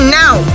now